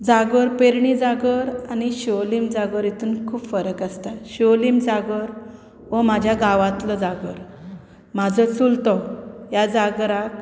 जागोर पेरणी जागोर आनी शिवोलीम जागोर हातून खूब फरक आसता शिवोलीम जागोर हो म्हज्या गांवांतलो जागोर म्हजो चुलतो ह्या जागराक